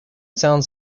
sounds